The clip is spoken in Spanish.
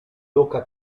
loca